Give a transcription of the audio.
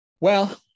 Well-